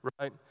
right